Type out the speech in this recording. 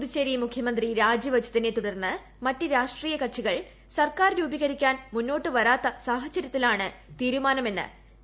പുതുച്ചേരി മുഖ്യമന്ത്രി രാജിവച്ചതിനെ തുടർന്ന് മറ്റ് രാഷ്ട്രീയ കക്ഷികൾ സർക്കാർ രൂപീകരിക്കാൻ മുന്നോട്ടു വരാത്ത സാഹചര്യത്തിലാണ് തീരുമാനമെന്ന് ശ്രീ